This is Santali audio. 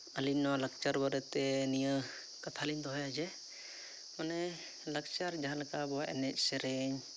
ᱟᱹᱞᱤᱝ ᱱᱚᱣᱟ ᱞᱟᱠᱪᱟᱨ ᱵᱟᱨᱮᱛᱮ ᱱᱤᱭᱟᱹ ᱠᱟᱛᱷᱟᱞᱤᱝ ᱫᱚᱦᱚᱭᱟ ᱡᱮ ᱢᱟᱱᱮ ᱞᱟᱠᱪᱟᱨ ᱡᱟᱦᱟᱸ ᱞᱮᱠᱟ ᱟᱵᱚᱣᱟᱜ ᱮᱱᱮᱡ ᱥᱮᱨᱮᱧ